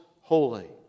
holy